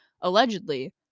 allegedly